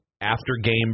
after-game